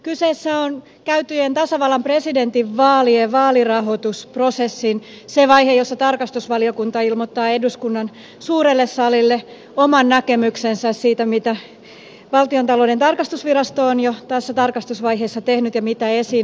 kyseessä on käytyjen tasavallan presidentin vaalien vaalirahoitusprosessin se vaihe jossa tarkastusvaliokunta ilmoittaa eduskunnan suurelle salille oman näkemyksensä siitä mitä valtiontalouden tarkastusvirasto on jo tässä tarkastusvaiheessa tehnyt ja mitä esiin on tullut